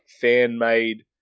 fan-made